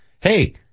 Hey